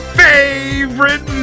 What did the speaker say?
favorite